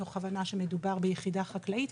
מתוך הבנה שמדובר ביחידה חקלאית,